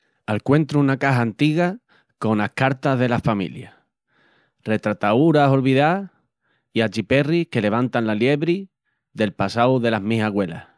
Alcuentru una caja antiga conas cartas dela familia, retrataúras olviás i achiperris que levantan la liebri del passau delas mis agüelas.